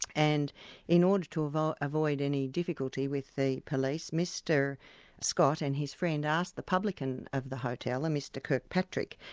and in order to ah avoid any difficulty with the police, mr scott and his friend asked the publican of the hotel, a mr kirkpatrick,